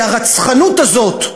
כי הרצחנות הזאת,